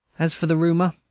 as for the rumor,